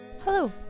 Hello